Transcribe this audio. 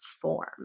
form